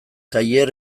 tailer